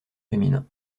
féminin